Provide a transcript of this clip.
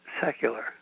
secular